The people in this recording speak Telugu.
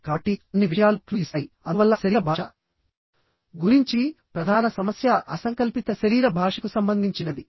కాబట్టి అన్ని విషయాలు క్లూ ఇస్తాయి అందువల్ల శరీర భాష గురించి ప్రధాన సమస్య అసంకల్పిత శరీర భాషకు సంబంధించినది